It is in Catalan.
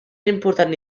important